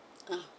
ah